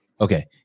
Okay